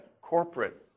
corporate